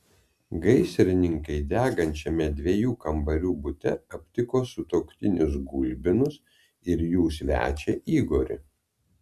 gaisrininkai degančiame dviejų kambarių bute aptiko sutuoktinius gulbinus ir jų svečią igorį